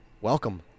welcome